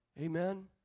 Amen